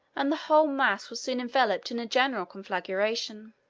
and the whole mass was soon enveloped in a general conflagration.